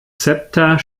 zepter